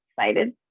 excited